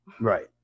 Right